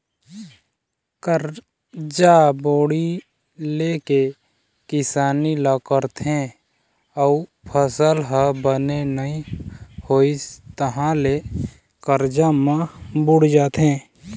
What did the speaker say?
करजा बोड़ी ले के किसानी ल करथे अउ फसल ह बने नइ होइस तहाँ ले करजा म बूड़ जाथे